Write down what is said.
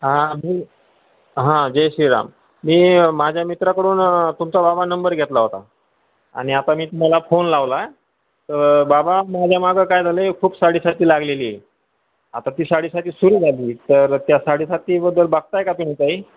हा मी हां जय श्रीराम मी माझ्या मित्राकडून तुमचा बाबा नंबर घेतला होता आणि आता मी तुम्हाला फोन लावला तर बाबा माझ्या मागं काय झालं आहे खूप साडेसाती लागलेली आहे आता ती साडेसाती सुरू झाली तर त्या साडेसातीबद्दल बघत आहे का तुम्ही काही